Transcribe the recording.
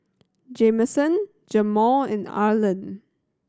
Jameson Jamaal and Arland